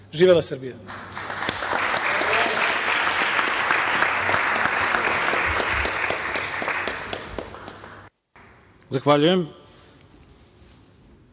Živela Srbija!